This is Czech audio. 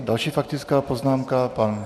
Další faktická poznámka pan...